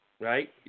Right